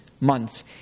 months